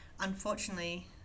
Unfortunately